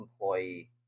employee